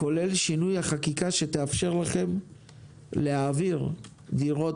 כולל שינוי החקיקה שתאפשר לכם להעביר דירות